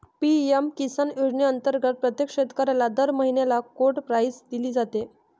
PM Kisan योजनेअंतर्गत प्रत्येक शेतकऱ्याला दर महिन्याला कोड प्राईज दिली जाते